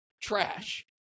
Trash